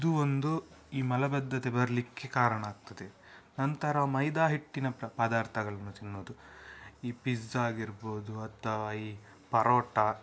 ಇದು ಒಂದು ಈ ಮಲಬದ್ಧತೆ ಬರಲಿಕ್ಕೆ ಕಾರಣ ಆಗ್ತದೆ ನಂತರ ಮೈದಾ ಹಿಟ್ಟಿನ ಪದಾರ್ಥಗಳನ್ನು ತಿನ್ನೋದು ಈ ಪಿಜ್ಜಾ ಆಗಿರ್ಬೋದು ಅಥವಾ ಈ ಪರೋಟ